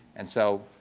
and so,